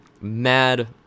mad